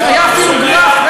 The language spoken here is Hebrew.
היה אפילו גרף,